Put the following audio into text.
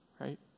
right